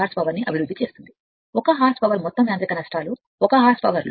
86 శక్తితో అభివృద్ధి చేస్తుంది 1 హార్స్ పవర్ మొత్తం యాంత్రిక నష్టాలు 1 hp